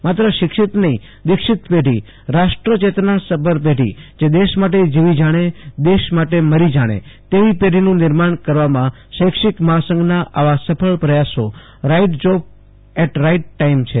માત્ર શિક્ષિત નહીદિક્ષિત પેઢી રાષ્ટ્ર ચેતના સભર પેઢી જે દેશ માટે જીવી જાણે દેશ માટે મરી જાણે તેવી પેઢીનું નિર્માણ કરવામાં શૈક્ષિક મહા સંઘના આવા સફળ પ્રયાસો right job at right time છે